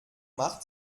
macht